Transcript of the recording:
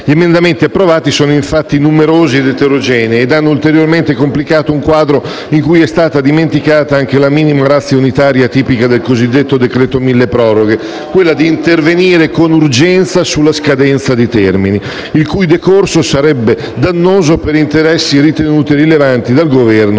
Gli emendamenti approvati sono stati infatti numerosi ed eterogenei, ed hanno ulteriormente complicato un quadro in cui è stata dimenticata anche la minima ratio unitaria tipica del cosiddetto decreto-milleproroghe, quella di intervenire con urgenza sulla scadenza di termini il cui decorso sarebbe dannoso per interessi ritenuti rilevanti dal Governo